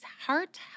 Heart